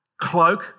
cloak